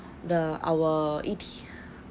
the our E_T